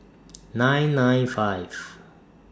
nine nine five